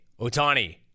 Otani